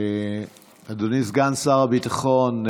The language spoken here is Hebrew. אדוני סגן שר הביטחון,